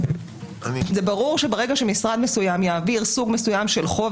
זה ברור שברגע שמשרד מסוים יעביר סוג מסוים של חוב,